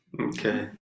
Okay